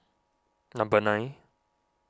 number nine